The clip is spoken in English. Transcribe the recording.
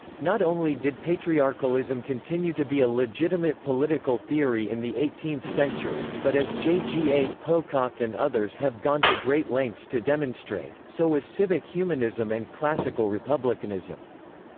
not only did patriarchalism continue to be a legitimate political theory in the eighteenth century, but as j. g. a. pocock and others have gone to great lengths to demonstrate, so was civic humanism and classical republicanism.